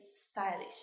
stylish